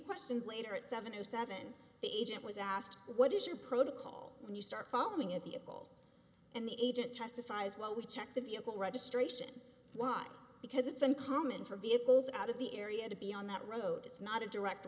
questions later at seven o seven the agent was asked what is your protocol when you start foaming at the ball in the agent testifies well we checked the vehicle registration why because it's uncommon for vehicles out of the area to be on that road is not a direct